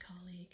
colleague